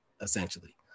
essentially